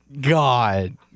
God